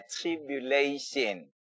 tribulation